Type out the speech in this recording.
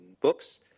books